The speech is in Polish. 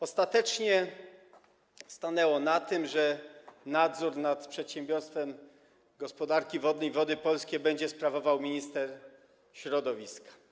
Ostatecznie stanęło na tym, że nadzór nad przedsiębiorstwem gospodarki wodnej Wody Polskie będzie sprawował minister środowiska.